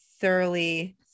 thoroughly